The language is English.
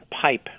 pipe